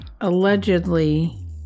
allegedly